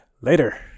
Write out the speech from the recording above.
Later